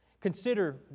Consider